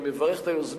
אני מברך את היוזמים,